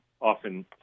often